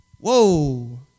Whoa